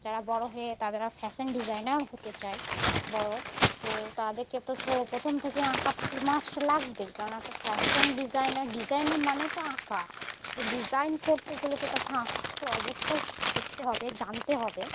যারা বড়ো হয়ে তারা ফ্যাশান ডিজাইনার হতে চায় বড়ো তো তাদেরকে তো ছো প্রথম থেকে আঁকা তো তো মাস্ট লাগবেই কারণ একটা ফ্যাশান ডিজাইনার ডিজাইনার মানে তো আঁকা তো ডিজাইন করতে গেলে তো তাকে আঁকতে তো অবশ্যই শিখতে হবে জানতে হবে